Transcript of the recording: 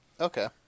Okay